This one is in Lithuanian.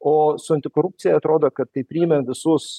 o su antikorupcija atrodo kad tai priėmėm visus